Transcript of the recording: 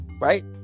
right